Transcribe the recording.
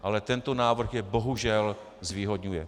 Ale tento návrh je bohužel zvýhodňuje.